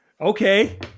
Okay